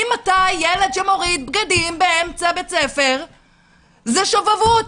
ממתי ילד שמוריד בגדים באמצע בית ספר זה שובבות?